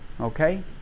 Okay